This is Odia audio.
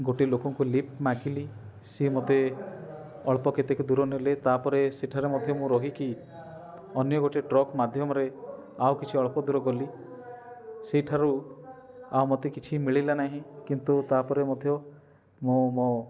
ଗୋଟେ ଲୋକଙ୍କୁ ଲିପ୍ଟି ମାଗିଲି ସେ ମତେ ଅଳ୍ପ କେତିକି ଦୂର ନେଲେ ତାପରେ ସେଠାରେ ମଧ୍ୟ ମୁଁ ରହିକି ଅନ୍ୟ ଗୋଟେ ଟ୍ରକ ମାଧ୍ୟମରେ ଆଉ କିଛି ଅଳ୍ପ ଦୂର ଗଲି ସେହିଠାରୁ ଆଉ ମତେ କିଛି ମିଳିଲା ନାହିଁ କିନ୍ତୁ ତାପରେ ମଧ୍ୟ ମୁଁ ମୋ